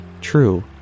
true